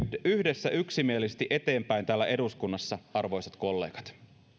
yhdessä yksimielisesti eteenpäin täällä eduskunnassa arvoisat kollegat